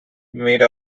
made